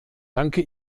danke